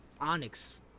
Onyx